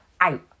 out